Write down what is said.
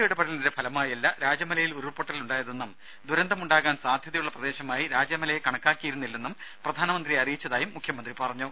ഇടപെടലിന്റെ രാജമലയിൽ മനുഷ്യ ഫലമായല്ല ഉരുൾപ്പൊട്ടലുണ്ടായതെന്നും ദുരന്തമുണ്ടാകാൻ സാധ്യതയുള്ള പ്രദേശമായി രാജമലയെ കണക്കാക്കിയിരുന്നില്ലെന്നും പ്രധാനമന്ത്രിയെ അറിയിച്ചുവെന്നും മുഖ്യമന്ത്രി പറഞ്ഞു